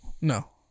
No